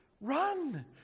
Run